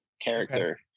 character